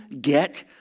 get